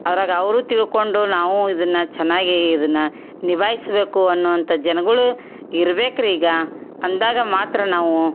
ಅದ್ರಾಗೆ ಅವರೂ ತಿಳ್ಕೊಂಡು ನಾವೂ ಇದನ್ನು ಚೆನ್ನಾಗಿ ಇದನ್ನು ನಿಭಾಯಿಸಬೇಕು ಅನ್ನುವಂಥ ಜನ್ಗಳೂ ಇರ್ಬೇಕು ರೀ ಈಗ ಅಂದಾಗ ಮಾತ್ರ ನಾವು